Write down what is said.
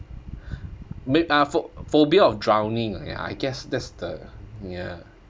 ma~ ah pho~ phobia of drowning ah ya I guess that's the ya